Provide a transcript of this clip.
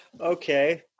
Okay